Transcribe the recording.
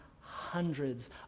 hundreds